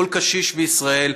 כל קשיש בישראל,